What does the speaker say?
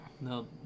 no